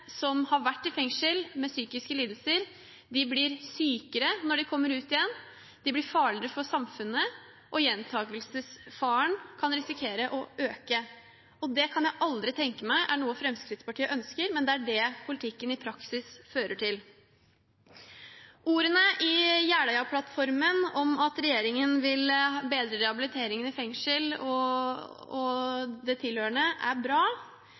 som har vært i fengsel med psykiske lidelser, blir sykere når de kommer ut igjen, de blir farligere for samfunnet, og gjentakelsesfaren risikerer å øke. Det kan jeg aldri tenke meg er noe Fremskrittspartiet ønsker, men det er det politikken i praksis fører til. Ordene i Jeløya-plattformen om at regjeringen vil bedre rehabiliteringen i fengsel og det tilhørende, er bra,